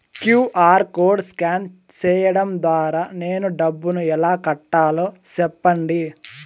QR code scan సేయడం ద్వారా నేను డబ్బును ఎలా కట్టాలో సెప్పండి?